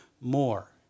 more